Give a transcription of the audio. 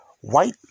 white